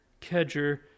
Kedger